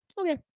Okay